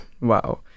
wow